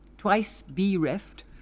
twice bee-reft,